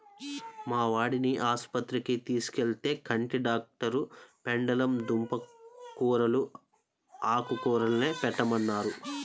మా వాడిని ఆస్పత్రికి తీసుకెళ్తే, కంటి డాక్టరు పెండలం దుంప కూరలూ, ఆకుకూరలే పెట్టమన్నారు